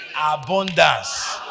Abundance